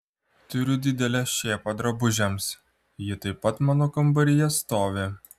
turiu didelę šėpą drabužiams ji taip pat mano kambaryje stovi